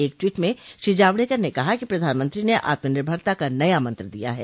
एक टवीट में श्री जावडेकर ने कहा कि प्रधानमंत्री ने आत्मनिर्भरता का नया मंत्र दिया है